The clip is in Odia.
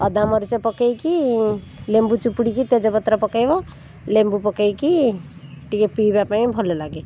ଅଦା ମରିଚ ପକେଇକି ଲେମ୍ବୁ ଚୁପୁଡ଼ିକି ତେଜ ପତ୍ର ପକେଇବ ଲେମ୍ବୁ ପକେଇକି ଟିକେ ପିଇବା ପାଇଁ ଭଲ ଲାଗେ